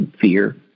fear